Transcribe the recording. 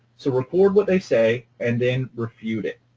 so record what they say, and then refute it.